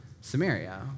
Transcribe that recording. Samaria